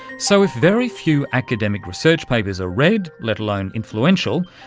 so, if very few academic research papers are read, let alone influential,